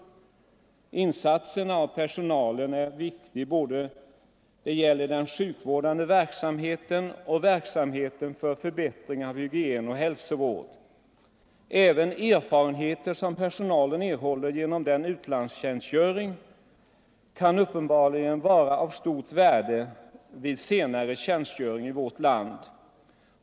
Insatserna av personalen är viktiga både då det gäller den sjukvårdande verksamheten och då det gäller verksamheten för förbättring av hygien och hälsovård. Även erfarenheter som personalen erhåller genom denna utlandstjänstgöring kan uppenbarligen vara av stort värde vid senare tjänstgöring i vårt land.